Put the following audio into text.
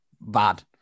Bad